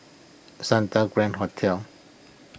Santa Grand Hotel